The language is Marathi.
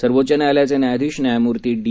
सर्वोच्च न्यायालयाचे न्यायाधीश न्यायमूर्ती डी